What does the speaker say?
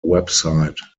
website